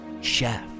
Chef